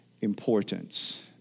importance